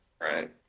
Right